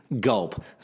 Gulp